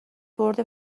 برد